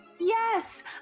Yes